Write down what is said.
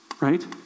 Right